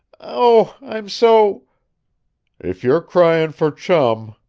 oh, i'm so if you're crying for chum,